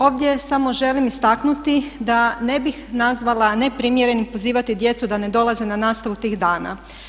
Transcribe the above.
Ovdje samo želim istaknuti da ne bih nazvala neprimjerenim pozivati djecu da ne dolaze na nastavu tih dana.